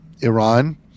Iran